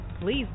Please